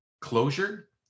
closure